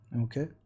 okay